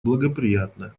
благоприятная